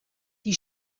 die